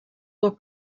will